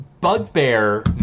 Bugbear